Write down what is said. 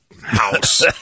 house